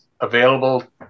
available